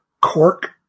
cork